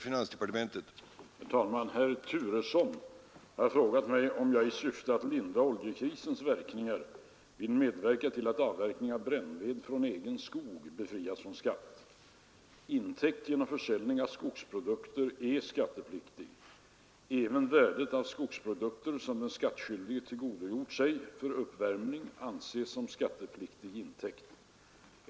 Herr talman! Herr Turesson har frågat mig om jag i syfte att lindra oljekrisens verkningar vill medverka till att avverkning av brännved från egen skog befrias från skatt. Intäkt genom försäljning av skogsprodukter är skattepliktig. Även värdet av skogsprodukter som den skattskyldige tillgodogjort sig för uppvärmning anses som skattepliktig intäkt.